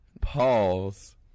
Pause